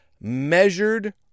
measured